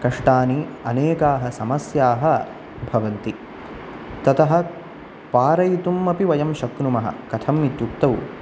कष्टानि अनेकाः समस्याः भवन्ति ततः पारयितुम् अपि वयं शक्नुमः कथम् इत्यक्तौ